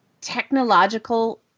technological